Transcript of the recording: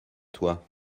toi